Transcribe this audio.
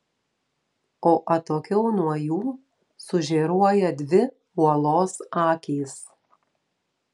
o atokiau nuo jų sužėruoja dvi uolos akys